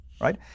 right